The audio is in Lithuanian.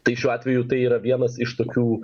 tai šiuo atveju tai yra vienas iš tokių